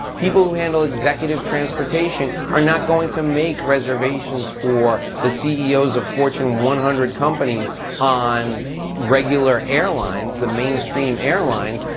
people who handle executive transportation are not going to make reservations for the ceos of fortune one hundred companies on regular airlines, the mainstream airlines,